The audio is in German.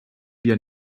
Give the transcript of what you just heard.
wir